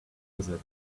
visit